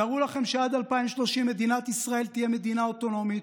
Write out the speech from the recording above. תארו לכם שעד 2030 מדינת ישראל תהיה "מדינה אוטונומית"